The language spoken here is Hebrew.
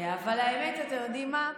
אבל האמת, אתם יודעים מה,